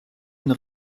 une